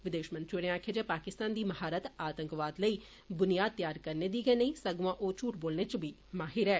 विदेश मंत्री होरें आक्खेआ जे पाकिस्तान दी महारत आतंकवाद लेई बुनियाद तैयार करने दी गै नेई सगुआं ओ झूठ बोलने च बी माहिर ऐ